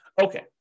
Okay